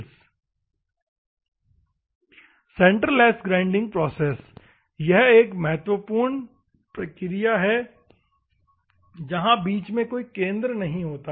centreless grinding process यह महत्वपूर्ण प्रक्रियाओं में से एक है जहां बीच में कोई केंद्र नहीं है